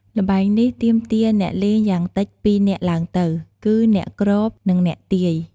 ល្បែងនេះទាមទារអ្នកលេងយ៉ាងតិចពីរនាក់ឡើងទៅ គឺអ្នកគ្រប និងអ្នកទាយ។